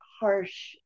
harsh